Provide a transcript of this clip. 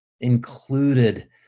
included